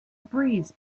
breeze